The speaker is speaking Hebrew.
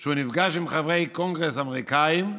שהוא נפגש עם חברי קונגרס אמריקאים,